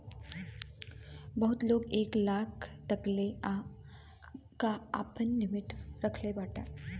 बहुते लोग एक लाख तकले कअ आपन लिमिट रखत बाटे